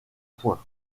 point